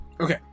okay